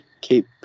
Keep